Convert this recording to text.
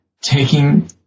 taking